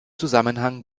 zusammenhang